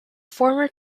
former